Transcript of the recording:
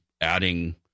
adding—